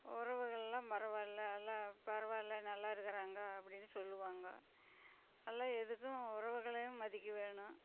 உறவுகளெலாம் பரவாயில்லை எல்லாம் பரவாயில்லை நல்லா இருக்கிறாங்க அப்படின்னு சொல்லுவாங்க எல்லாம் எதுக்கும் உறவுகளையும் மதிக்க வேணும்